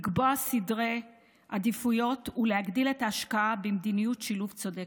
לקבוע סדרי עדיפויות ולהגדיל את ההשקעה במדיניות שילוב צודקת.